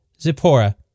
Zipporah